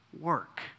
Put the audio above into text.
work